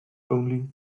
only